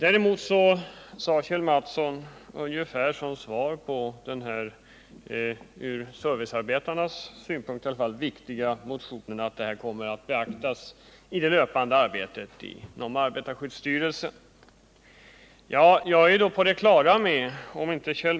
viktiga motionen 273 att kraven i den kommer att beaktas vid det löpande arbetet inom arbetarskyddsstyrelsen.